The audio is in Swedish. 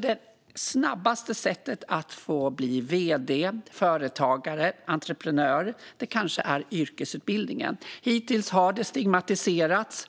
Det snabbaste sättet att bli vd, företagare eller entreprenör kanske är yrkesutbildningen. Hittills har den stigmatiserats